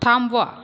थांबवा